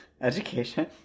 education